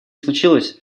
случилось